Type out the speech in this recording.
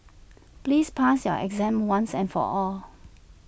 please pass your exam once and for all